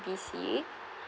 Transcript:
B_C